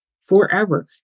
forever